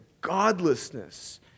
godlessness